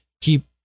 keep